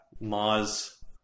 mars